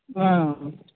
ஆ